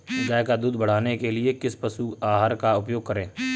गाय का दूध बढ़ाने के लिए किस पशु आहार का उपयोग करें?